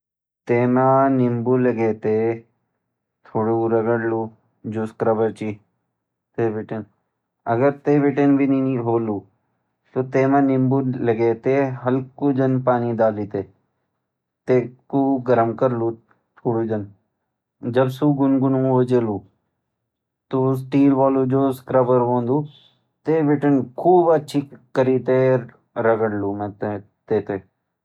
ते मा नींबू लगेते स्क्रबर बीतीं रगड़लू अगर ते बीतीं भी नी होलू ते मा नींबू लेगे ते और हलकू जान पानी डाली ते गरम करीते जब सू गुनगुनु हुए जलु तो स्टील वालू जो स्क्रबर होंदू ते बितिन खूब अच्छी करी ते रगड़लू